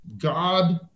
God